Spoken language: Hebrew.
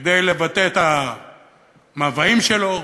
כדי לבטא את המאוויים שלו,